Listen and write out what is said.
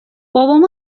بابام